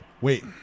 wait